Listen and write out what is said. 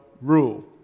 rule